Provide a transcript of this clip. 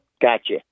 Gotcha